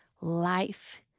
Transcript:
life